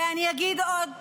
ואני אגיד עוד פעם: